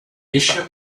issue